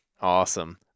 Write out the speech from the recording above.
Awesome